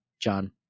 John